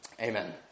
Amen